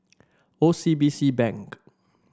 O C B C Bank